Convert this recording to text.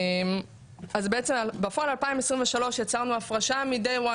אז בפועל 2023 יצרנו הפרשה מ-day one,